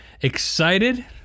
excited